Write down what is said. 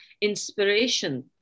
inspiration